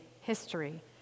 history